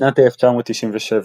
בשנת 1997,